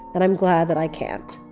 and i'm glad that i can't.